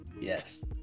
Yes